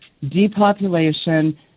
depopulation